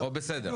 גבוהים.